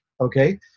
okay